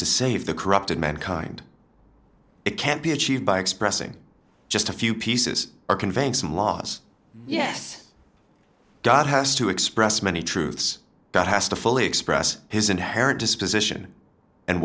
save the corrupted mankind it can't be achieved by expressing just a few pieces are conveying some laws yes god has to express many truths that has to fully express his inherent disposition and